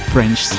French